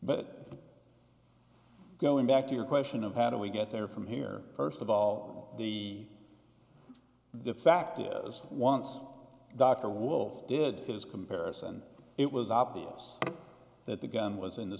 but going back to your question of how do we get there from here first of all the the fact is that once dr wolfe did his comparison it was obvious that the gun was in the